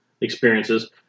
experiences